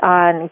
on